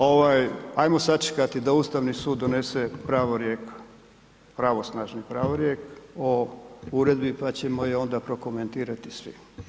Ovaj, ajmo sačekati da Ustavni sud donese pravorijek, pravosnažni pravorijek o uredbi, pa ćemo je onda prokomentirati svi.